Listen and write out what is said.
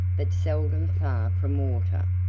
but seldom far from water.